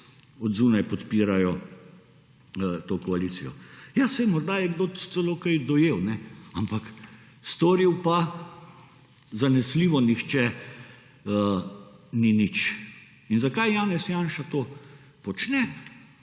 od zunaj podpirajo to koalicijo. Ja, saj morda je kdo celo kaj dojel, ampak storil pa zanesljivo nihče ni nič. In zakaj Janez Janša to počne?